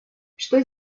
что